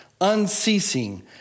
unceasing